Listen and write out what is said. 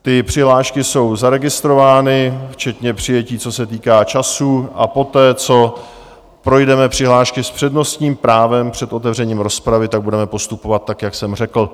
Ty přihlášky jsou zaregistrovány včetně přijetí, co se týká času, a poté co projdeme přihlášky s přednostním právem před otevřením rozpravy, budeme postupovat tak, jak jsem řekl.